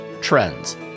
trends